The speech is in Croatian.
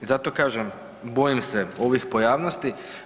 I zato kažem bojim se ovih pojavnosti.